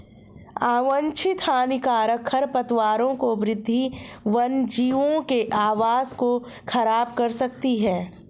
अवांछित हानिकारक खरपतवारों की वृद्धि वन्यजीवों के आवास को ख़राब कर सकती है